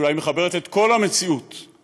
אולי היא מחברת את כל המציאות כולה,